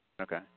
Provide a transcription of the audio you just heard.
Okay